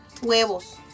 huevos